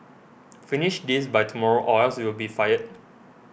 finish this by tomorrow or else you'll be fired